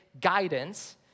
guidance